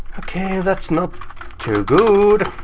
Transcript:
okay that's not too good.